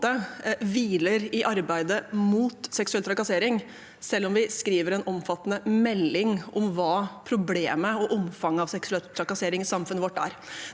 hviler i arbeidet mot seksuell trakassering, selv om vi skriver en omfattende melding om hva problemet og omfanget av seksuell trakassering i samfunnet vårt er.